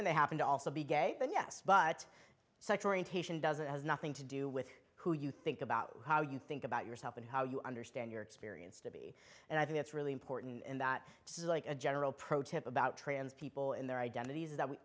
and they happen to also be gay then yes but sex orientation doesn't has nothing to do with who you think about how you think about yourself and how you understand your experience to be and i think it's really important that this is like a general protest about trans people in their identities is that we